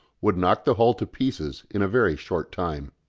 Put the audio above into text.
would knock the hull to pieces in a very short time.